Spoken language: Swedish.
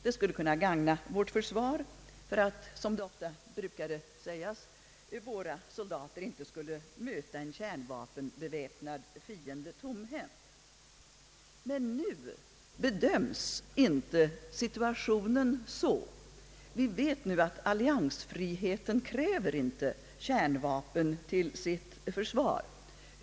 Det skulle kunna gagna vårt försvar för att, som det ofta brukade sägas, våra soldater inte tomhänta skul le möta en kärnvapenbeväpnad fiende. Nu bedöms inte situationen så. Vi vet nu att alliansfriheten inte kräver kärnvapen till sitt försvar.